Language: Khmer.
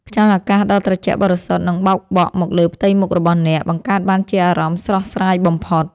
ខ្យល់អាកាសដ៏ត្រជាក់បរិសុទ្ធនឹងបោកបក់មកលើផ្ទៃមុខរបស់អ្នក បង្កើតបានជាអារម្មណ៍ស្រស់ស្រាយបំផុត។